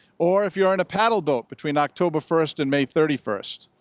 or if you're in a paddle boat between october first and may thirty first.